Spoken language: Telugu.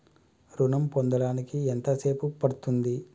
ఋణం పొందడానికి ఎంత సేపు పడ్తుంది?